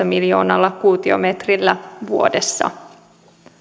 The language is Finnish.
miljoonalla kuutiometrillä vuodessa